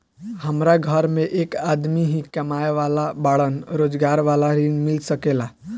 हमरा घर में एक आदमी ही कमाए वाला बाड़न रोजगार वाला ऋण मिल सके ला?